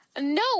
No